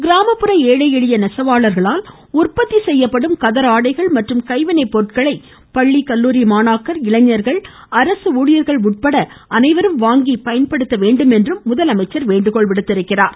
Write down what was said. கிராமப்புற ஏழை எளிய நெசவாளர்களால் உற்பத்தி செய்யப்படும் கதர் ஆடைகள் மற்றும் கைவினைப் பொருட்களை பள்ளி கல்லூரி மாணாக்கர் இளைஞர்கள் அரசு ஊழியர்கள் உட்பட அனைவரும் வாங்கி பயன்படுத்த வேண்டும் எனவும் முதலமைச்சர் வேண்டுகோள் விடுத்துள்ளார்